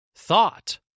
Thought